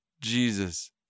Jesus